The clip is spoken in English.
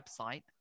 website